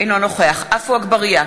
אינו נוכח עפו אגבאריה,